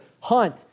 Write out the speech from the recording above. Hunt